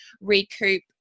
recoup